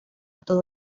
todo